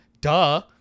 duh